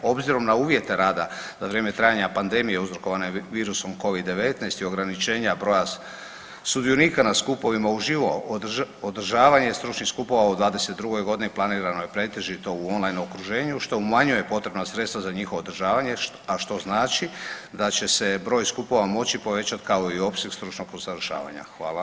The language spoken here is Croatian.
Obzirom na uvjete rada za vrijeme trajanja pandemije uzrokovane virusom Covid-19 i ograničenja broja sudionika na skupovima u živo održavanje skupova u '22.g. planirano je pretežito u … [[Govornik se ne razumije]] okruženju, što umanjuje potrebna sredstva za njihovo održavanje, a što znači da će se broj skupova moći povećat kao i opseg stručnog usavršavanja.